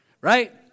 Right